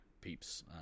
peeps